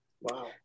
Wow